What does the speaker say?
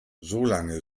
solange